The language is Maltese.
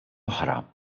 oħra